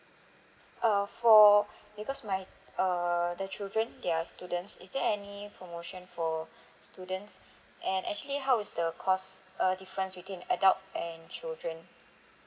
uh for because my err the children they are students is there any promotion for students and actually how is the cost uh difference between adult and children